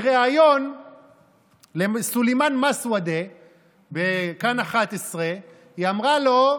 בריאיון לסולימאן מסוודה בכאן 11, היא אמרה לו: